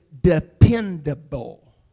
dependable